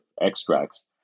extracts